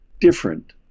different